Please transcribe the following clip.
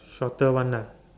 shorter one lah